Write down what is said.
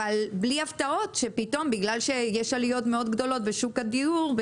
אבל בלי הפתעות שפתאום בגלל שיש עליות מאוד גדולות בשוק הדיור,